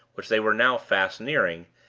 which they were now fast nearing,